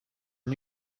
are